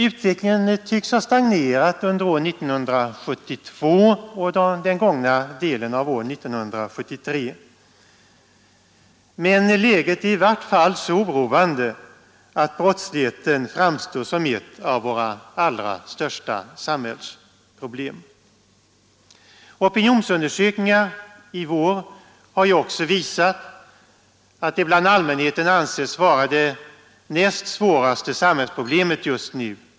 Utvecklingen tycks ha stagnerat under år 1972 och under den gångna delen av år 1973, men läget är i vart fall så oroande att brottsligheten framstår som ett av våra allra största samhällsproblem. Opinionsundersökningar i vår har också visat att brottsligheten av allmänheten anses vara det näst svåraste samhällsproblemet just nu.